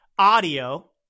audio